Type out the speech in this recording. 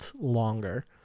longer